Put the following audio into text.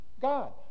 god